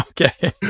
Okay